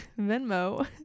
Venmo